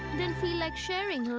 didn't feel like sharing, um